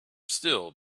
still